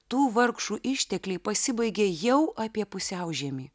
tų vargšų ištekliai pasibaigė jau apie pusiaužiemį